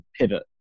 pivot